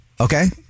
Okay